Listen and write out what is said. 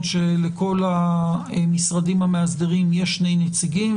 שלכל המשרדים המאסדרים יש שני נציגים,